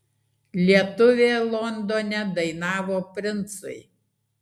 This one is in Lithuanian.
lietuvė londone dainavo princui